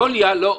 יוליה, לא.